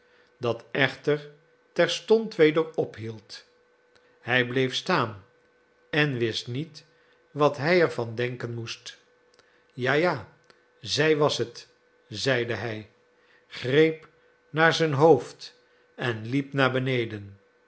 dat echter terstond weder ophield hij bleef staan en wist niet wat hij er van denken moest ja ja zij was het zeide hij greep naar z'n hoofd en liep naar beneden